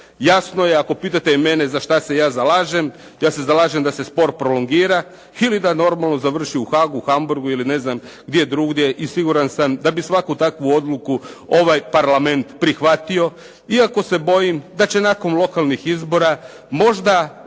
Jasno je ako pitate za mene za što se ja zalažem? Ja se slažem da se spor prolongira ili da normalno završi u Haagu, Hamburgu ili ne znam gdje drugdje, i siguran sam da bi svaku takvu odluku ovaj Parlament prihvatio. Iako se bojim da će nakon lokalnih izbora, možda